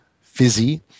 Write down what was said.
Fizzy